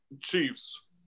Chiefs